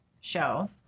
show